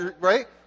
Right